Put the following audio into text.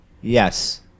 Yes